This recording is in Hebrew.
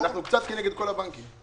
אנחנו קצת כנגד כל הבנקים.